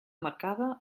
marcada